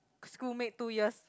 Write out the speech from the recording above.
schoolmate two years